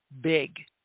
big